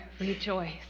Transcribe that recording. rejoice